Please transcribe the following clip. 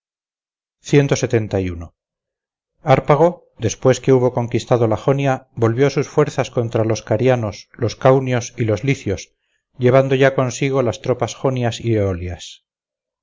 separado hárpago después que hubo conquistado la jonia volvió sus fuerzas contra los carianos los caunios y los licios llevando ya consigo las tropas jonias y eolias